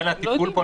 --- לכן הטיפול פה,